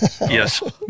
yes